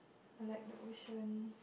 I like the ocean